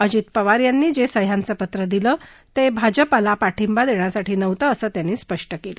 अजित पवार यांनी जे सह्याचं पत्र दिलं ते भाजपाला पाठिंबा देण्यासाठी नव्हतं असं त्यांनी स्पष्ट केलं